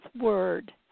word